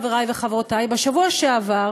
חברי וחברותי: בשבוע שעבר